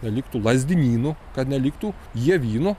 neliktų lazdynynu kad neliktų javynu